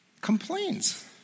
complains